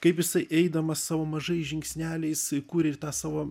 kaip jisai eidamas savo mažais žingsneliais kūrė ir tą savp